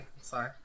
sorry